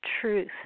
truth